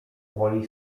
woli